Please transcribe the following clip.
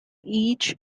each